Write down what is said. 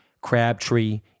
Crabtree